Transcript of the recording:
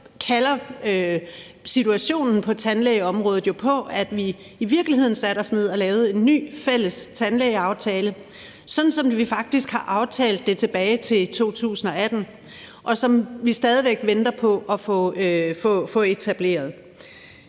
kalder situationen på tandlægeområdet jo på, at vi i virkeligheden sætter os ned og laver en ny fælles tandlægeaftale, sådan som vi faktisk har aftalt det tilbage i 2018, og som vi stadig væk venter på at få etableret.